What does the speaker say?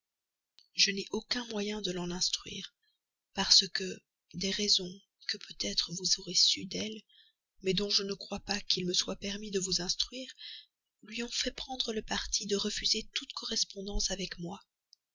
je n'ai aucun moyen de l'en instruire parce que des raisons que peut-être vous aurez sues d'elle mais dont je ne crois pas qu'il me soit permis de vous instruire lui ont fait prendre le parti de refuser toute correspondance avec moi